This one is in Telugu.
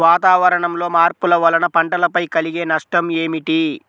వాతావరణంలో మార్పుల వలన పంటలపై కలిగే నష్టం ఏమిటీ?